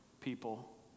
people